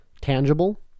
tangible